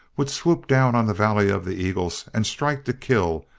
would swoop down on the valley of the eagles and strike to kill,